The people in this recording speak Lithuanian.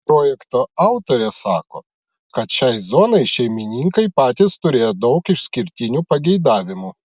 projekto autorė sako kad šiai zonai šeimininkai patys turėjo daug išskirtinių pageidavimų